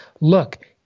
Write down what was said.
look